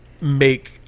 make